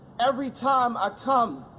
every time i come,